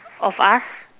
of us